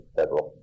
federal